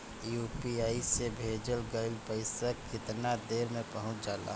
UPI से भेजल गईल पईसा कितना देर में पहुंच जाला?